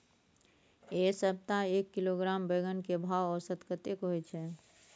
ऐ सप्ताह एक किलोग्राम बैंगन के भाव औसत कतेक होय छै?